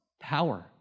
power